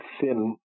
Thin